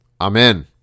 Amen